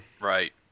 Right